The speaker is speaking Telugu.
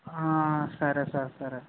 సరే సార్ సరే సార్